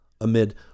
amid